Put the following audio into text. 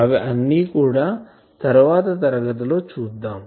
అవి అన్నీ కూడా తరువాత తరగతి లో చూద్దాం